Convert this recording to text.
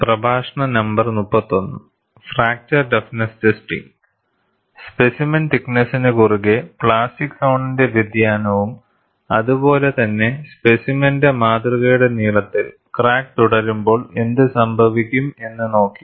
specimen തിക്ക്നെസ്സിനു കുറുകെ plastic സോണിന്റെ വ്യതിയാനവും അതുപോലെ തന്നെ സ്പെസിമെനിന്റെ മാതൃകയുടെ നീളത്തിൽ ക്രാക്ക് തുടരുമ്പോൾ എന്തുസംഭവിക്കും എന്നു നോക്കി